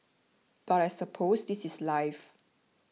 but I suppose this is life